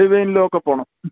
ഡിവൈൻലോ ഒക്കെ പോകണം